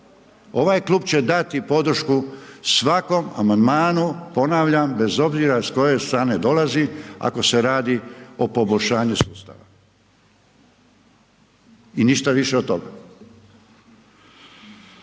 Ovaj klub će dati podršku svakom amandmanu, ponavljam, bez obzira s koje strane dolazi ako se radi o poboljšanju sustava i ništa više od toga.